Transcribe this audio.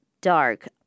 dark